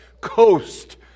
coast